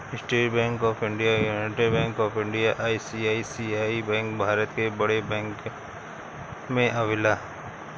estate Bank of India, United Bank of India, ICICI bank Bharat के बड़ bank में आवेला